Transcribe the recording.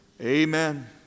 Amen